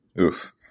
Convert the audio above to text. Oof